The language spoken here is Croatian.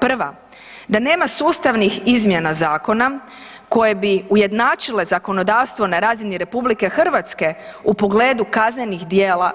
Prva, da nema sustavnih izmjena zakona koje bi ujednačile zakonodavstvo na razini RH u pogledu kaznenih djela